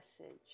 message